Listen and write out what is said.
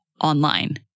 online